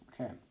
Okay